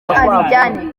abijyane